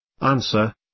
Answer